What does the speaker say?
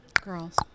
Girls